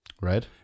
Right